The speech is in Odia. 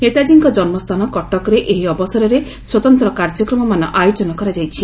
ନେତାଜୀଙ୍କ ଜନ୍ମସ୍ଥାନ କଟକରେ ଏହି ଅବସରରେ ସ୍ୱତନ୍ତ୍ର କାର୍ଯ୍ୟକ୍ରମମାନ ଆୟୋଜନ କରାଯାଇଛି